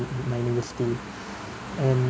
my university and